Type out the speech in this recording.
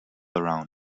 around